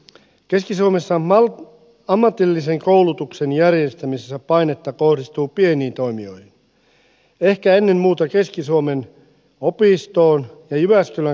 keski suomessa ammatillisen koulutuksen järjestämisessä painetta kohdistuu pieniin toimijoihin ehkä ennen muuta keski suomen opistoon ja jyväskylän kotita lousoppilaitokseen